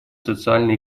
социально